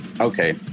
okay